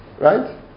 Right